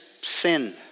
sin